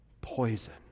poison